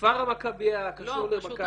כפר המכביה קשור למכבי -- לא,